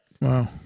Wow